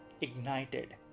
ignited